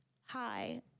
hi